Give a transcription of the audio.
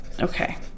Okay